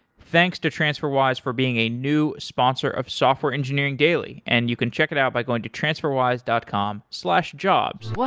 thanks to transferwise for being a new sponsor of software engineering daily and you can check it out by going to transferwise dot com jobs